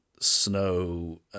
snow